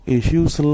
issues